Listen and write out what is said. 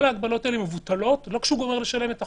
כל ההגבלות האלה מבוטלות לא כשהוא גומר לשלם את החוק,